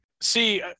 See